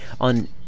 on